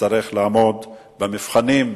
נצטרך לעמוד במבחנים,